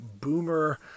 boomer